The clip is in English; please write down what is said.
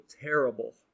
terrible